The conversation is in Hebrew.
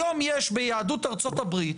היום יש ביהדות ארצות הברית,